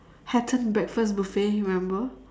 Hatten breakfast buffet remember